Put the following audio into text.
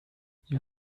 you